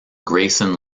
grayson